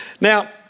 Now